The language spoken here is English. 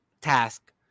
task